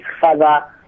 father